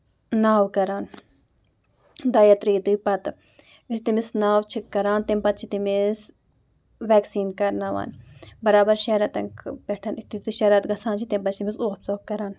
ناو کران دوٚیو تریو دۄہ پَتہٕ یُس تٔمِس ناو چھُ کران تمہِ پَتہٕ چھُ تٔمِس ویکسیٖن کرناوان برابر شیٚن رٮ۪تن خٲطرٕ پٮ۪ٹھ یِتھُے شیٚے رٮ۪تھ گژھان چھِ تَمہِ پَتہٕ چھِ تٔمِس اوپ ژوٚپ کران